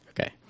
Okay